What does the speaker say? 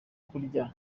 kurya